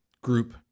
group